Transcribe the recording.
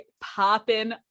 popping